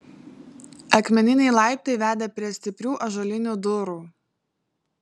akmeniniai laiptai vedė prie stiprių ąžuolinių durų